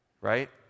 Right